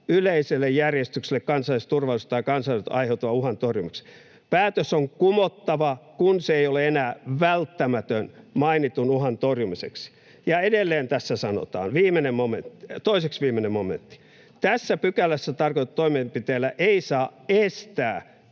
yleiselle järjestykselle, kansalliselle turvallisuudelle tai kansanterveydelle aiheutuvan uhan torjumiseksi. Päätös on kumottava, kun se ei ole enää välttämätön mainitun uhan torjumiseksi.” Ja edelleen tässä sanotaan, toiseksi viimeinen momentti: ”Tässä pykälässä tarkoitetuilla toimenpiteillä ei saa estää